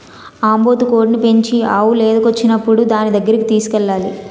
ఆంబోతు కోడిని పెంచి ఆవు లేదకొచ్చినప్పుడు దానిదగ్గరకి తోలుకెళ్లాలి